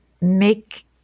make